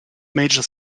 major